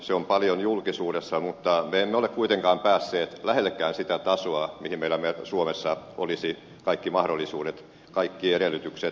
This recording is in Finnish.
se on paljon julkisuudessa mutta me emme ole kuitenkaan päässeet lähellekään sitä tasoa mihin meillä suomessa olisi kaikki mahdollisuudet kaikki edellytykset